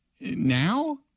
Now